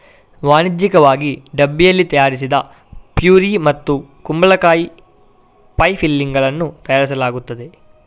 ವಾಣಿಜ್ಯಿಕವಾಗಿ ಡಬ್ಬಿಯಲ್ಲಿ ತಯಾರಿಸಿದ ಪ್ಯೂರಿ ಮತ್ತು ಕುಂಬಳಕಾಯಿ ಪೈ ಫಿಲ್ಲಿಂಗುಗಳನ್ನು ತಯಾರಿಸಲಾಗುತ್ತದೆ